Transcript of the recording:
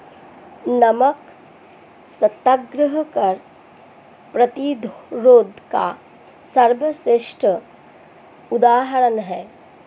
नमक सत्याग्रह कर प्रतिरोध का सर्वश्रेष्ठ उदाहरण है